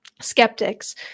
skeptics